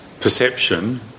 perception